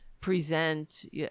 present